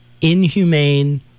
inhumane